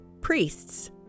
priests